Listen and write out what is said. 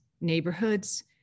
neighborhoods